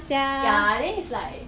ya then is like